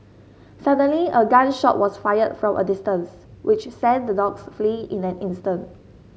suddenly a gun shot was fired from a distance which sent the dogs fleeing in an instant